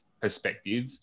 perspective